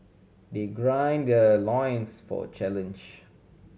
they gird their loins for challenge